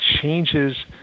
changes